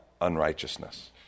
unrighteousness